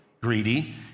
greedy